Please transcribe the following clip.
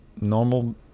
normal